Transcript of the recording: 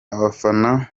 abafana